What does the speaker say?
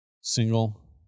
single